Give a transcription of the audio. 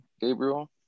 Gabriel